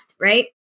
right